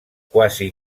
quasi